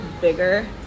bigger